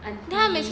aunty